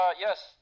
Yes